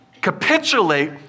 capitulate